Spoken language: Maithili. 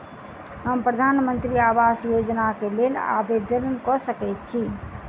हम प्रधानमंत्री आवास योजना केँ लेल आवेदन कऽ सकैत छी?